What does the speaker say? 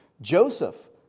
Joseph